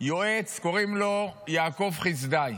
יועץ שקוראים לו יעקב חסדאי,